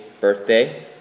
birthday